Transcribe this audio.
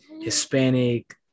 Hispanic